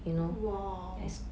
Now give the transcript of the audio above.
!wah!